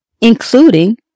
including